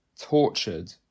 tortured